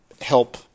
help